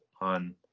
on